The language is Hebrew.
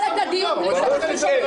תפסיק עם התעלולים